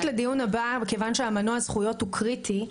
כיוון שמנוע הזכויות הוא קריטי,